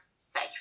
safe